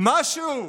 משהו?